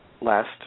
last